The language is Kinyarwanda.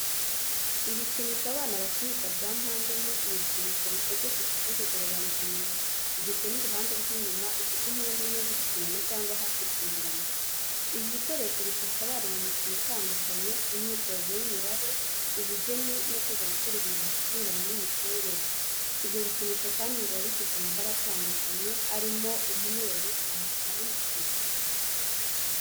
Ibikinisho abana bakinikisha bya mpande enye ni ibikinisho bikozwe kw'ishusho y’ubugororangingo, bigizwe n’uruhande rw’inyuma rufite impande enye ziri kungana cyangwa hafi kungana. Ibi bikoresho bifasha abana mu mikino itandukanye, imyitozo y’imibare, ubugeni, no kwiga gukora ibintu bifite ingano n’imiterere. Ibyo bikinisho kandi biba bifite amabara atandukanye arimo: umweru, umukara n'umutuku.